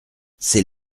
c’est